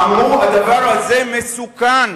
אמרו: הדבר הזה מסוכן.